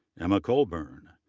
emma colburn,